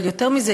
אבל יותר מזה,